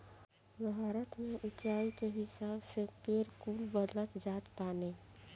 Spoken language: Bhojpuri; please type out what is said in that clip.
भारत में उच्चाई के हिसाब से पेड़ कुल बदलत जात बाने